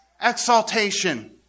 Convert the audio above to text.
exaltation